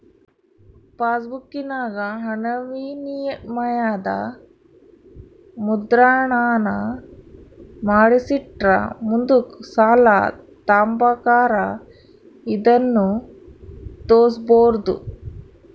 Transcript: ಪಾಸ್ಬುಕ್ಕಿನಾಗ ಹಣವಿನಿಮಯದ ಮುದ್ರಣಾನ ಮಾಡಿಸಿಟ್ರ ಮುಂದುಕ್ ಸಾಲ ತಾಂಬಕಾರ ಇದನ್ನು ತೋರ್ಸ್ಬೋದು